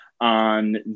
on